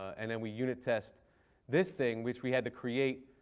and then we unit test this thing, which we had to create,